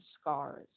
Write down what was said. scars